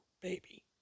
baby